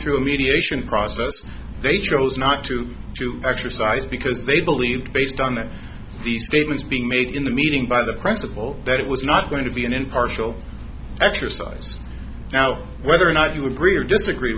through a mediation process they chose not to exercise because they believed based on that these statements being made in the meeting by the press of all that it was not going to be an impartial exercise now whether or not you agree or disagree